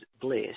Bliss